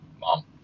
mom